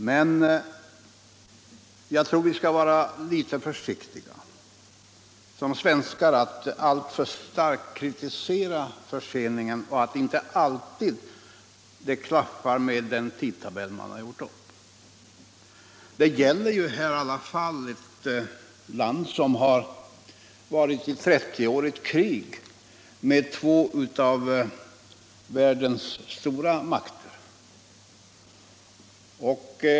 Men jag tror att vi svenskar skall vara litet försiktiga att starkt kritisera förseningar och att det inte alltid klaffar med den tidtabell man har gjort upp. Det gäller i alla fall ett land som under 30 år varit i krig med två av världens stora makter.